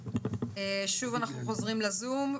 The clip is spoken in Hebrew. שוב אנחנו חוזרים לזום.